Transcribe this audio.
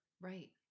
Right